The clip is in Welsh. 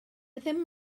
ddim